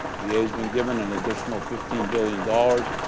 va's been given an additional fifteen billion dollars.